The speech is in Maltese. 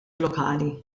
lokali